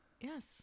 Yes